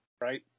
right